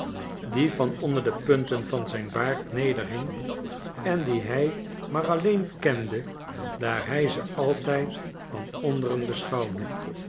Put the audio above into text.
die van onder de punten van zijn baard nederhing en die hij maar alleen kende daar hij ze altijd van onderen beschouwde